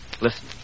Listen